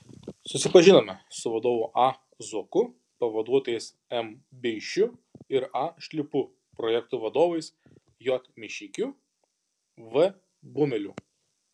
susipažinome su vadovu a zuoku pavaduotojais m beišiu ir a šliupu projektų vadovais j mišeikiu v bumeliu